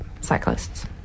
cyclists